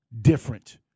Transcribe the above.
Different